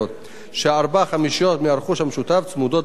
שארבע חמישיות מהרכוש המשותף צמודות לדירותיהם.